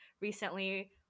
recently